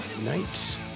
night